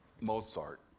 Mozart